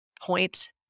point